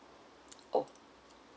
oh